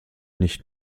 nicht